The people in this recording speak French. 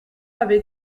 avait